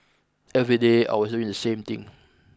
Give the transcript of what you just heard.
every day I was doing the same thing